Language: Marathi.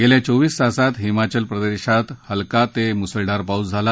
गेल्या चोवीस तासात हिमाचल प्रदेशात हलका ते मुसळधार पाऊस झाला